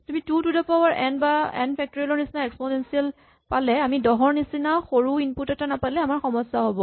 তুমি two to the power n বা n factorial ৰ নিচিনা এক্সপনেনছিয়েল পালে আমি দহৰ নিচিনা সৰু ইনপুট এটা নাপালে আমাৰ সমস্যা হ'ব